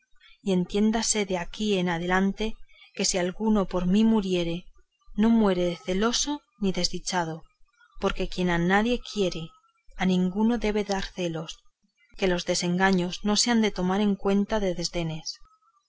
y entiéndase de aquí adelante que si alguno por mí muriere no muere de celoso ni desdichado porque quien a nadie quiere a ninguno debe dar celos que los desengaños no se han de tomar en cuenta de desdenes